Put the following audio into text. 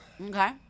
Okay